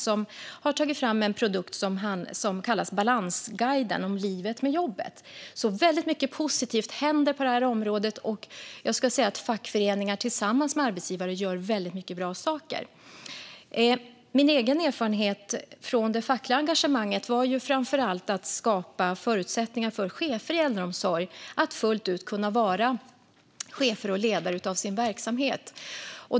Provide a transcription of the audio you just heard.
Där har man tagit fram en produkt som kallas Balansguiden - om livet med jobbet. Det händer väldigt mycket positivt på området, och fackföreningar tillsammans arbetsgivare gör väldigt mycket bra saker. Min egen erfarenhet från det fackliga engagemanget handlade framför allt om att skapa förutsättningar för chefer i äldreomsorg att fullt ut kunna vara chefer och ledare för sin verksamhet.